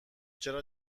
چرا